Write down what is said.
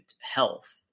health